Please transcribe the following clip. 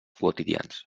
quotidians